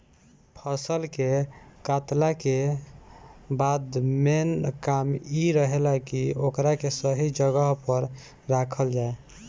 फसल के कातला के बाद मेन काम इ रहेला की ओकरा के सही जगह पर राखल जाव